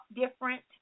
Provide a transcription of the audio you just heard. different